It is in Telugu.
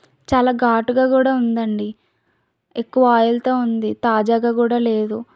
చాలా ఘాటుగా కూడా ఉందండి ఎక్కువ ఆయిల్తో ఉంది తాజాగా కూడా లేదు